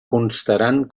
constaran